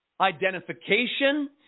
identification